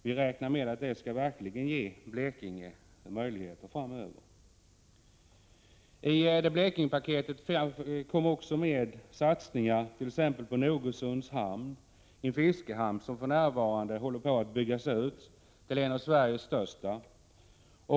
Vi räknar med att det verkligen skall ge Blekinge möjligheter framöver. I Blekingepaketet ingick också satsningar på t.ex. Nogersunds hamn, en fiskehamn som för närvarande håller på att byggas ut till en av Sveriges största.